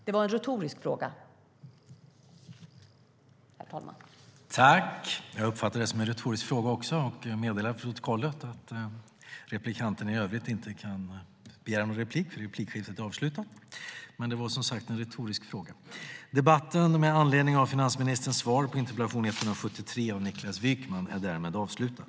Det var en retorisk fråga, herr talman.